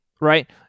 right